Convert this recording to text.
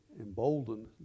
emboldened